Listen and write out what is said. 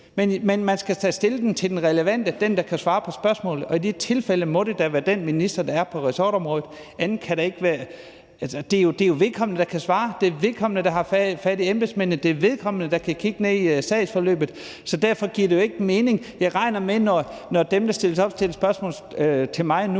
Men man skal da stille dem til den relevante person, altså den, der kan svare på spørgsmålet, og i det tilfælde må det da være den minister, der er på ressortområdet. Det er jo vedkommende, der kan svare; det er vedkommende, der har fat i embedsmændene; det er vedkommende, der kan kigge ned i sagsforløbet. Så derfor giver det jo ikke mening. Jeg regner med, at når dem, der stiller sig op og stiller spørgsmål til mig nu,